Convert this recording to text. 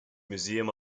museum